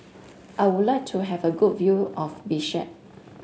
I would like to have a good view of Bishkek